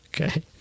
Okay